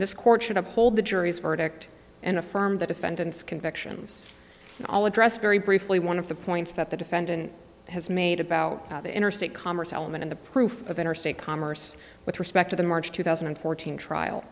this court should uphold the jury's verdict and affirm the defendant's convictions all address very briefly one of the points that the defendant has made about the interstate commerce element in the proof of interstate commerce with respect to the march two thousand and fourteen trial